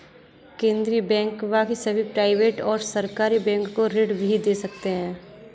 केन्द्रीय बैंक बाकी सभी प्राइवेट और सरकारी बैंक को ऋण भी दे सकते हैं